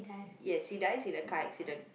yes he dies in a car accident